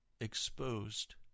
exposed